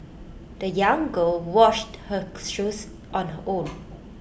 the young girl washed her shoes on her own